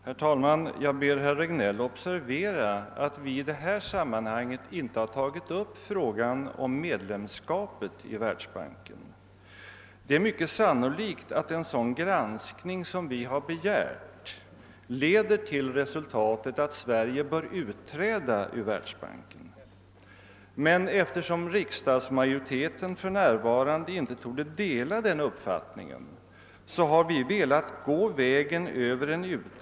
Herr talman! Herr Hermansson kritiobservera att vi i det här sammanhanget inte tagit upp frågan om medlemskapet i världsbanken. Det är mycket sannolikt alt en sådan granskning som vi begärt leder tiil resultatet att Sverige bör utträda ur världsbanken. Men eftersom riksdagsmajoriteten för närvarande inte torde dela den uppfattningen, har vi velat gå vägen över. en ut-.